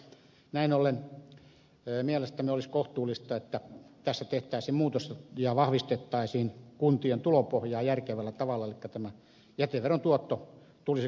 näin ollen mielestämme olisi kohtuullista että tässä tehtäisiin muutos ja vahvistettaisiin kuntien tulopohjaa järkevällä tavalla elikkä tämä jäteveron tuotto tulisi kunnille